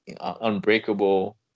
unbreakable